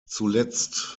zuletzt